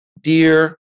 dear